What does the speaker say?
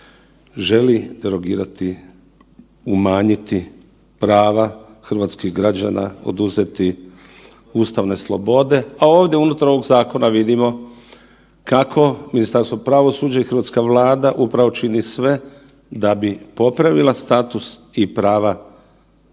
želi derogirati, umanjiti prava hrvatskih građana, oduzeti ustavne slobode, a ovdje unutar ovog zakona vidimo kako Ministarstvo pravosuđa i hrvatska Vlada upravo čini sve da bi popravila status i prava ljudi